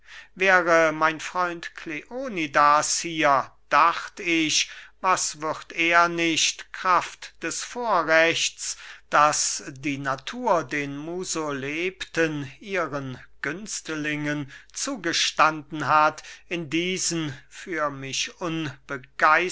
wäre mein freund kleonidas hier dacht ich was würd er nicht kraft des vorrechts das die natur den musolepten ihren günstlingen zugestanden hat in diesen für mich